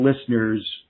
listeners